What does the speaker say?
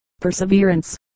perseverance